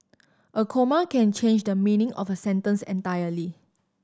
a comma can change the meaning of a sentence entirely